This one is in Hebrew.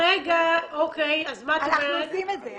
אנחנו עושים את זה.